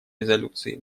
резолюции